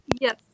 Yes